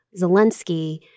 Zelensky